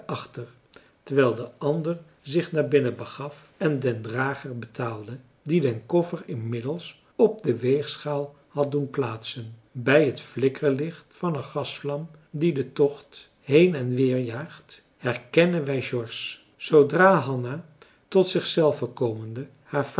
terwijl de ander zich naar binnen begaf en den drager betaalde die den koffer inmiddels op de weegschaal had doen plaatsen bij het flikkerlicht van een gasvlam die de tocht heen en weer jaagt herkennen wij george zoodra hanna tot zich zelve komende haar